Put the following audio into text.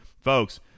folks